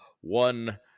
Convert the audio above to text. one